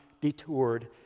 detoured